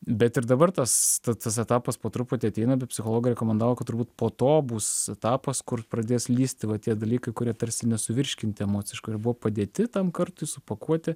bet ir dabar tas tas etapas po truputį ateina psichologai rekomendavo kad turbūt po to bus etapas kur pradės lįsti va tie dalykai kurie tarsi nesuvirškinti emociškai ir buvo padėti tam kartui supakuoti